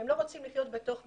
הן לא רוצות לחיות בתוך משפחה.